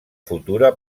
futura